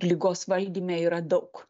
ligos valdyme yra daug